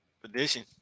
tradition